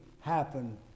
happen